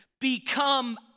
Become